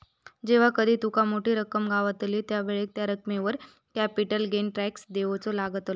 जेव्हा कधी तुका मोठी रक्कम गावतली त्यावेळेक त्या रकमेवर कॅपिटल गेन टॅक्स देवचो लागतलो